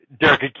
Derek